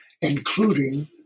including